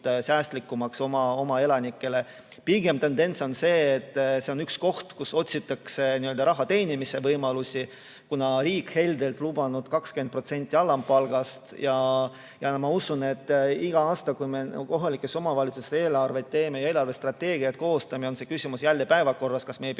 säästlikuks oma elanikele. Pigem on tendents see, et see on üks koht, kus otsitakse nii-öelda raha teenimise võimalusi. Riik on heldelt lubanud 20% alampalgast ja ma usun, et iga aasta, kui me kohalikes omavalitsustes eelarvet ja eelarve strateegiat koostame, on see küsimus jälle päevakorral, kas me ei